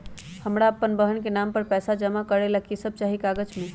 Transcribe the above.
हमरा अपन बहन के नाम पर पैसा जमा करे ला कि सब चाहि कागज मे?